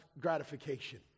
gratification